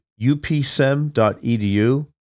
upsem.edu